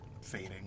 fading